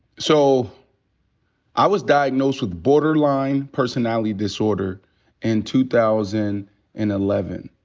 so i was diagnosed with borderline personality disorder in two thousand and eleven.